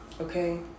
Okay